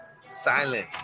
Silent